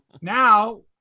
Now